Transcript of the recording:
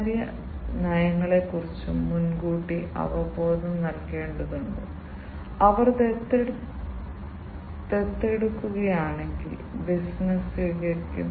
ഈ ആക്യുവേറ്ററുകളെല്ലാം സാധാരണയായി ഹൈബ്രിഡ് ആണ് ഇത് ഇലക്ട്രിക് ന്യൂമാറ്റിക് മറ്റ് വ്യത്യസ്ത ശേഷിയുള്ള മെക്കാനിക്കൽ ആക്യുവേറ്ററുകൾ എന്നിവ സംയോജിപ്പിക്കും